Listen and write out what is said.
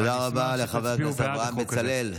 תודה רבה לחבר הכנסת אברהם בצלאל.